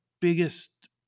Biggest